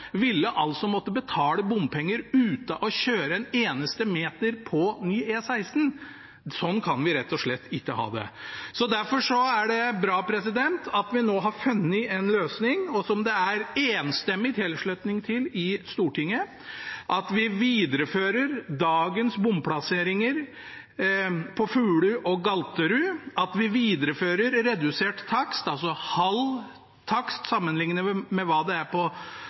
betale bompenger uten å kjøre en eneste meter på ny E16. Sånn kan vi rett og slett ikke ha det. Derfor er det bra at vi nå har funnet en løsning som det er enstemmig tilslutning til i Stortinget: at vi viderefører dagens bomplasseringer på Fulu og Galterud, at vi viderefører redusert takst, altså halv takst sammenlignet med hva det er på